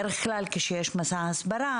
בדרך כלל כשיש מסע הסברה,